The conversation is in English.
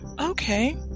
okay